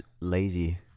lazy